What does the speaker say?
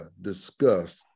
discussed